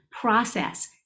process